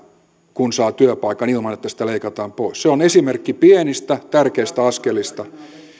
kun saa työpaikan ilman että sitä leikataan pois työttömyysturvasta se on esimerkki pienistä tärkeistä askelista